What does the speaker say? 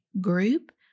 group